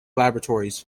laboratories